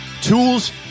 tools